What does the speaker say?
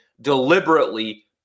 deliberately